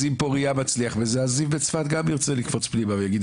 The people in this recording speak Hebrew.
אז אם "פורייה" מצליח בזה אז גם "זיו" בצפת ירצה גם לקפוץ פנימה ויגיד,